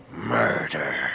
Murder